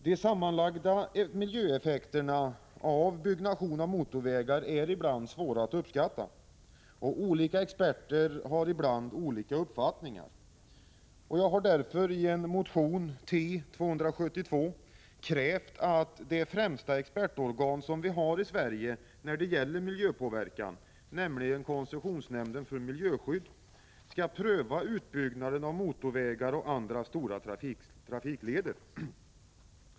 De sammanlagda miljöeffekterna av byggnation av motorvägar är ibland svåra att uppskatta, och olika experter kan ha olika uppfattningar. Jag har därför i en motion, T272, krävt att det främsta expertorgan som vi har i Sverige när det gäller miljöpåverkan, nämligen koncessionsnämnden för miljöskydd, skall pröva utbyggnaden av motorvägar och andra stora trafikleder.